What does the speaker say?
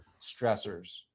stressors